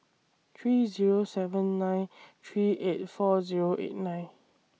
three Zero seven nine three eight four Zero eight nine